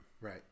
Right